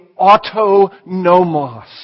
autonomos